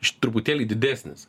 š truputėlį didesnis